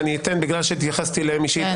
ובגלל שהתייחסתי אליהם אישית,